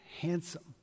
handsome